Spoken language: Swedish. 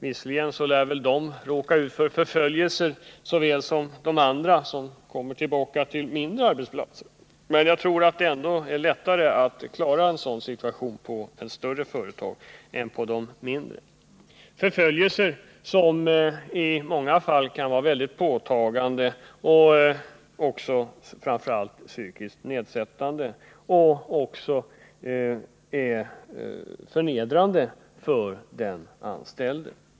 Visserligen lär de som blir sparkade från stora företag råka ut för förföljelser på samma sätt som de som blir sparkade från mindre arbetsplatser. Men jag tror ändå att det är lättare att klara en sådan situation på ett större företag än på mindre. Det är förföljelser som i många fall kan vara väldigt påtagliga, psykiskt nedsättande och förnedrande för den anställde.